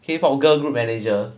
K pop girl group manager